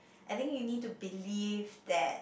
I think you need to believe that